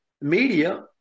media